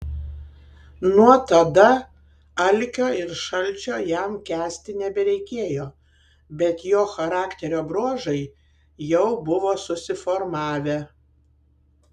nuo tada alkio ir šalčio jam kęsti nebereikėjo bet jo charakterio bruožai jau buvo susiformavę